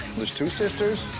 there's two sisters,